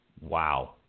Wow